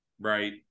right